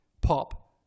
Pop